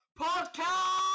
podcast